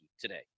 today